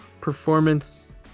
performance